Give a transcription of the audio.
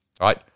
Right